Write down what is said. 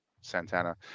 Santana